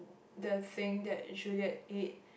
the thing that should get it